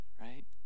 right